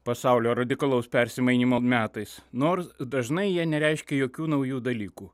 pasaulio radikalaus persimainymo metais nors dažnai jie nereiškia jokių naujų dalykų